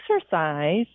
exercise